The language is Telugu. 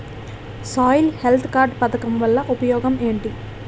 సాయిల్ హెల్త్ కార్డ్ పథకం వల్ల ఉపయోగం ఏంటి?